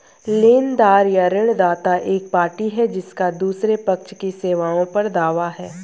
लेनदार या ऋणदाता एक पार्टी है जिसका दूसरे पक्ष की सेवाओं पर दावा है